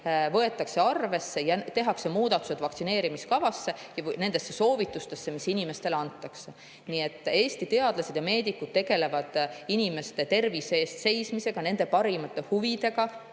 võetakse arvesse ja tehakse muudatused vaktsineerimiskavasse, nendesse soovitustesse, mis inimestele antakse. Nii et Eesti teadlased ja meedikud tegelevad inimeste tervise eest seismisega, nende parimate huvide